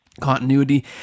continuity